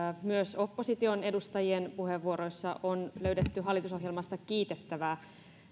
myös opposition edustajien puheenvuoroissa on löydetty hallitusohjelmasta kiitettävää